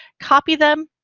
copy them,